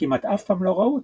כמעט אף פעם לא ראו אותם,